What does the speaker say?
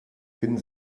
finden